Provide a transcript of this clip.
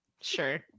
Sure